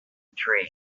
treat